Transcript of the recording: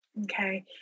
okay